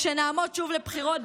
כשנעמוד שוב לבחירות,